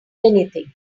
anything